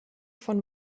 von